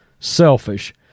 selfish